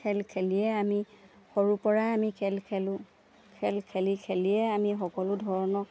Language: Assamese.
খেল খেলিয়ে আমি সৰুৰপৰাই আমি খেল খেলোঁ খেল খেলি খেলিয়ে আমি সকলো ধৰণৰ